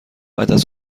عدس